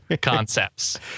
concepts